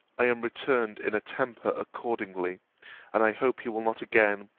i am returned in a temper accordingly and i hope you will not again,